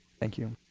thank you.